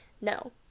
no